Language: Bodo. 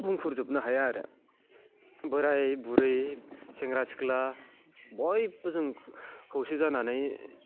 बुंफोरजोबनो हाया आरो बोराइ बुरै सेंग्रा सिख्ला बयबो जों खौसे जानानै